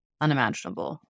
unimaginable